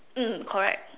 mm correct